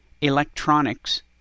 electronics